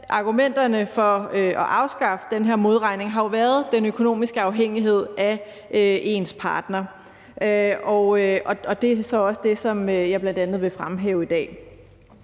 argumenterne for at afskaffe den her modregning har jo været den økonomiske afhængighed af ens partner, og det er så også det, som jeg bl.a. vil fremhæve i dag.